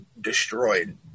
destroyed